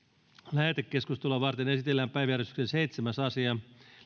lähetekeskustelua varten esitellään päiväjärjestyksen seitsemäs asia